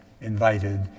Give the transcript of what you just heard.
invited